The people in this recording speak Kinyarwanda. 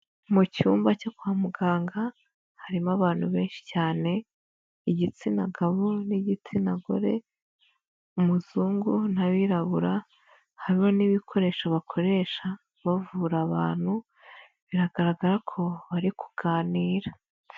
Mu cyumba cyo kwa muganga harimo abantu benshi cyane, igitsina gabo n'igitsina gore, umuzungu n'abirabura, hamwe n'ibikoresho bakoresha bavura abantu biragaragara ko bari kuganira.